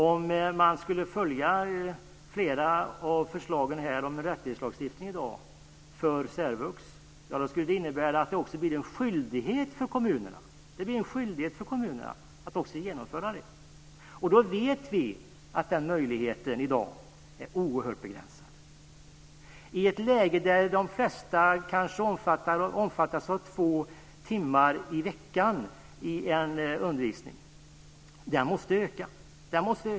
Om man skulle följa flera av förslagen här om rättighetslagstiftning för särvux skulle det innebära att det också blir en skyldighet för kommunerna att genomföra det. Vi vet att den möjligheten i dag är oerhört begränsad, i ett läge där de flesta kanske omfattas av två timmar i veckan i en undervisning. Den måste öka.